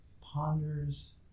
ponders